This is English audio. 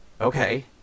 okay